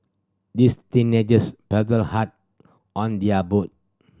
this teenagers paddled hard on their boat